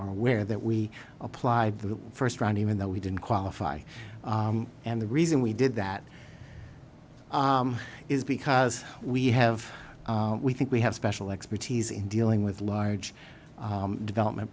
are aware that we applied the first round even though we didn't qualify and the reason we did that is because we have we think we have special expertise in dealing with large development